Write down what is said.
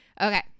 Okay